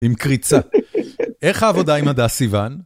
עם קריצה. איך העבודה עם הדס סיוון?